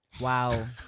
Wow